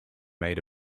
made